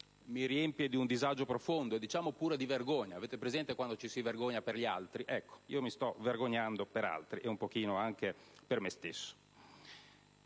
mi riempie di un disagio profondo, diciamo pure di vergogna. Avete presente quando ci si vergogna per gli altri? Ecco, io mi sto vergognando per altri e un pochino anche per me stesso.